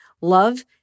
Love